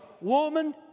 woman